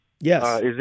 Yes